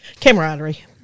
Camaraderie